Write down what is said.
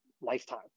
lifetime